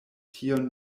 tion